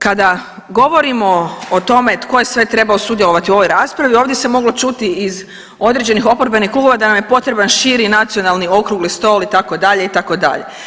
Kada govorimo o tome tko je sve trebao sudjelovati u ovoj raspravi ovdje se moglo čuti iz određenih oporbenih klubova da nam je potreban širi nacionalni okrugli stol itd., itd.